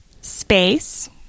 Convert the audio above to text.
space